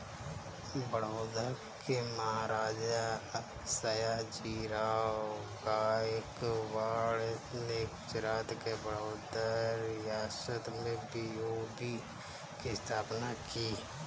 बड़ौदा के महाराजा, सयाजीराव गायकवाड़ ने गुजरात के बड़ौदा रियासत में बी.ओ.बी की स्थापना की